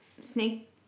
Snake